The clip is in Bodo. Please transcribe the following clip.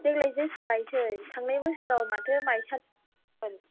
देग्लाय जोसा गायसै थांनाय बोसोराव माथो मायसालि मोन